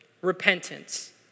repentance